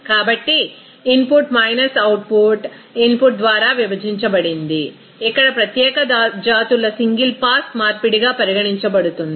కాబట్టి input minus output input ద్వారా విభజించబడింది ఇక్కడ ప్రత్యేక జాతుల సింగిల్ పాస్ మార్పిడిగా పరిగణించబడుతుంది